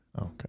Okay